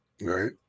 right